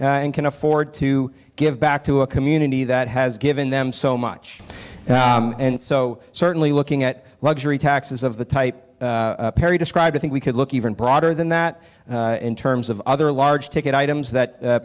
and can afford to give back to a community that has given them so much and so certainly looking at luxury taxes of the type perry describe i think we could look even broader than that in terms of other large ticket items that